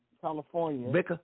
California